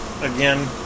Again